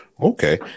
Okay